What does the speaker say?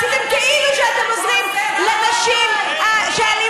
עשיתם כאילו שאתם עוזרים לנשים שהאלימות